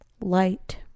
Light